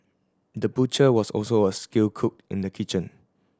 the butcher was also a skilled cook in the kitchen